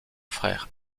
frère